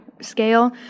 scale